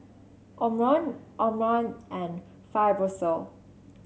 Omron Omron and Fibrosol